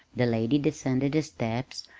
the lady descended the steps,